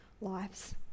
lives